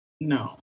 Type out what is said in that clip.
no